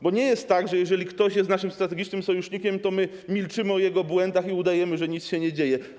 Bo nie jest tak, że jeżeli ktoś jest naszym strategicznym sojusznikiem, to my milczymy, gdy chodzi o jego błędy, i udajemy, że nic się nie dzieje.